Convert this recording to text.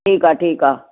ठीकु आहे ठीकु आहे